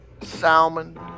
salmon